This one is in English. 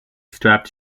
strapped